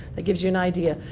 that gives you an idea.